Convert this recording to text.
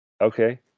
Okay